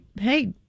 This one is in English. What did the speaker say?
hey